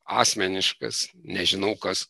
asmeniškas nežinau kas